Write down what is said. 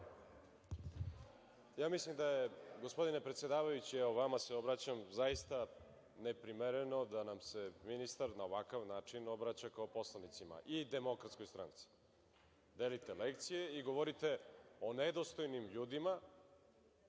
Mislim da je, gospodine predsedavajući, evo, vama se obraćam, zaista neprimereno da nam se ministar na ovakav način obraća kao poslanicima i DS – delite lekcije i govorite o nedostojnim ljudima